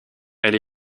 elle